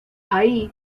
ahí